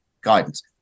guidance